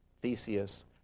Theseus